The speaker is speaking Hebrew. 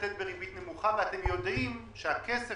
לתת בריבית נמוכה ואתם יודעים שהכסף